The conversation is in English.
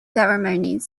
ceremony